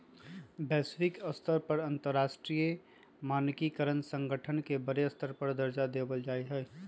वैश्विक स्तर पर अंतरराष्ट्रीय मानकीकरण संगठन के बडे स्तर पर दर्जा देवल जा हई